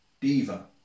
Diva